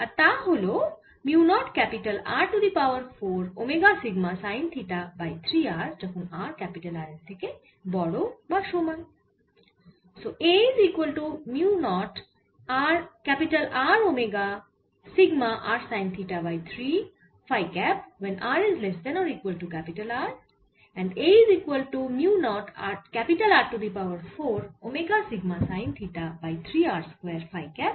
আর তা হল mu naught capital R to the power 4 omega sigma sine theta by 3 r যখন r capital R এর সমান বা বড়